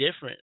different